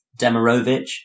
Demirovic